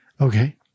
Okay